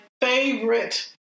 favorite